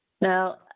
Now